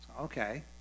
Okay